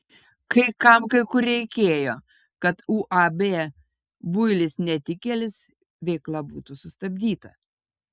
kai kam kai kur reikėjo kad uab builis netikėlis veikla būtų sustabdyta